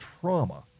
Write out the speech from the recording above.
trauma